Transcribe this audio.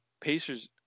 Pacers